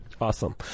Awesome